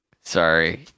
sorry